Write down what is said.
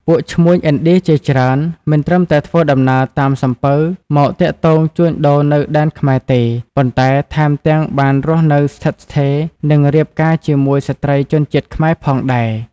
ពួកឈ្មួញឥណ្ឌាជាច្រើន មិនត្រឹមតែធ្វើដំណើរតាមសំពៅមកទាក់ទងជួញដូរនៅដែនខ្មែទេ ប៉ុន្តែថែមទាំងបានរស់នៅស្ថិតស្ថេរ និងរៀបការជាមួយស្ត្រីជនជាតិខ្មែរផងដែរ។